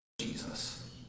jesus